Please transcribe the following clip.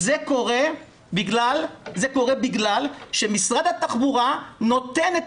זה קורה בגלל שמשרד התחבורה נותן את